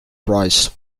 prize